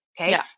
Okay